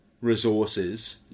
resources